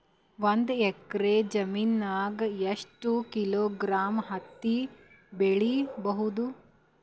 ಒಂದ್ ಎಕ್ಕರ ಜಮೀನಗ ಎಷ್ಟು ಕಿಲೋಗ್ರಾಂ ಹತ್ತಿ ಬೆಳಿ ಬಹುದು?